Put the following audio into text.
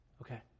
Okay